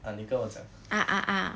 啊你跟我讲